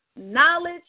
knowledge